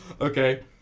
Okay